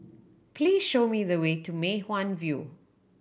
please show me the way to Mei Hwan View